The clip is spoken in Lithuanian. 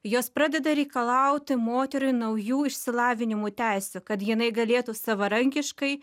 jos pradeda reikalauti moteriai naujų išsilavinimo teisių kad jinai galėtų savarankiškai